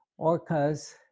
orcas